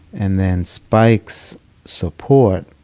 and then spike's support,